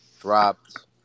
dropped